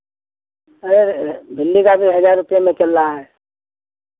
भिंडी का भी हज़ार रुपया में चल रहा है